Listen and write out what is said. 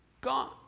gone